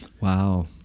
wow